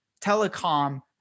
telecom